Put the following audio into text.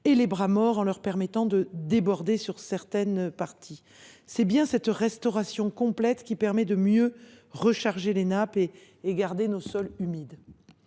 et les bras morts et en leur permettant de déborder par endroits. Seule cette restauration complète permet de mieux recharger les nappes et de garder nos sols humides.